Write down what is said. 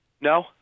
No